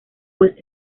pues